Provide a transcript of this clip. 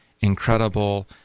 incredible